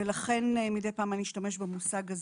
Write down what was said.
ולכן, מדי פעם אני אשתמש במושג הזה.